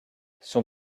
son